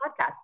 podcast